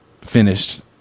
finished